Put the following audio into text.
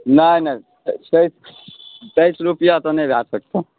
नहि नहि तेइस रुपैआ तऽ नहि भऽ सकतऽ